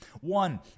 One